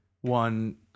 one